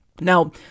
Now